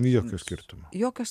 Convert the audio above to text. jokio skirtumo